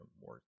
more